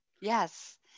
Yes